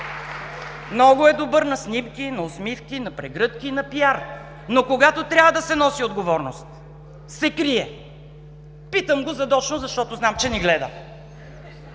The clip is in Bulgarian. Много е добър на снимки, на усмивки, на прегръдки и пиар. Но когато трябва да се носи отговорност, се крие. Питам го задочно, защото знам, че ни гледа